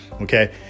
Okay